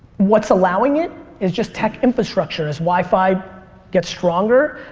what's allowing it is just tech infrastructure. as wi-fi gets stronger,